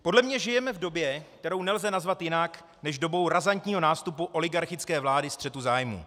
Podle mě žijeme v době, kterou nelze nazvat jinak než dobou razantního nástupu oligarchické vlády střetu zájmů.